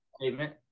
Statement